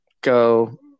Go